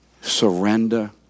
surrender